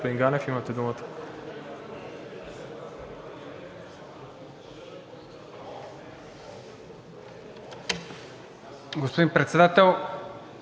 Господин Председател,